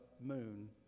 moon